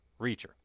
Reacher